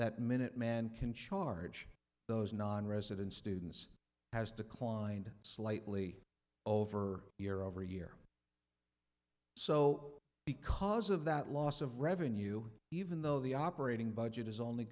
that minuteman can charge those nonresident students has declined slightly over year over year so because of that loss of revenue even though the operating budget is only